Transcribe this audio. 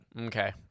Okay